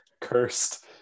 cursed